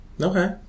okay